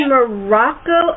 Morocco